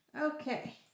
Okay